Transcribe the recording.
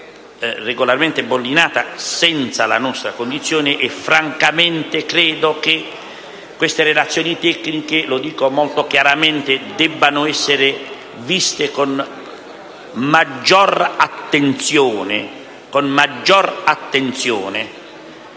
regolarmente bollinata senza la nostra condizione, e francamente credo che tali relazioni tecniche - lo dico molto chiaramente - debbano essere viste con maggiore attenzione,